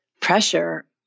pressure